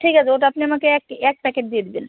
ঠিক আছে ওটা আপনি আমাকে এক এক প্যাকেট দিয়ে দিবেন